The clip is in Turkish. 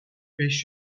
beş